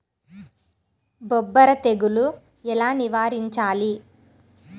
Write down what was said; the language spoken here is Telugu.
బొబ్బర తెగులు ఎలా నివారించాలి?